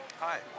Hi